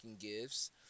gifts